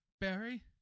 Barry